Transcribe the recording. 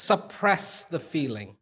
suppress the feeling